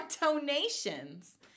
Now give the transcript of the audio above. donations